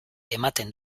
ematen